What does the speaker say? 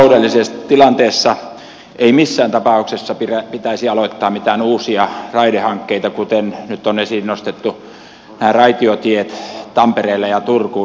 tässä taloudellisessa tilanteessa ei missään tapauksessa pitäisi aloittaa mitään uusia raidehankkeita kuten nyt on esiin nostettu nämä raitiotiet tampereelle ja turkuun